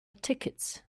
tickets